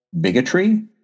bigotry